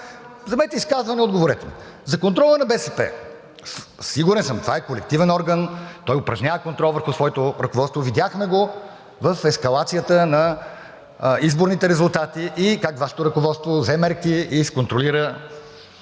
Вземете изказване, отговорете ми. За контрола на БСП. Сигурен съм – това е колективен орган, той упражнява контрол върху своето ръководство. Видяхме го в ескалацията на изборните резултати и как Вашето ръководство взе мерки и изконтролира това,